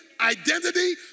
identity